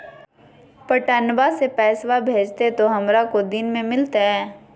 पटनमा से पैसबा भेजते तो हमारा को दिन मे मिलते?